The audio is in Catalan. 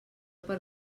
per